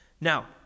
Now